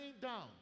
down